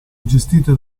gestite